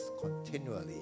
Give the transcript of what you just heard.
continually